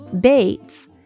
Bates